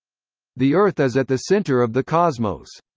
the earth is at the center of the cosmos.